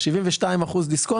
נאמר פה על ידי אחד מחברי הכנסת,